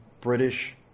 British